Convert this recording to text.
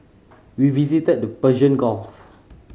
we visited the Persian Gulf